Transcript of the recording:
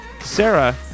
sarah